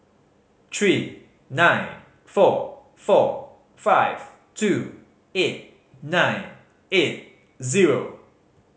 three nine four four five two eight nine eight zero